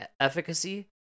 efficacy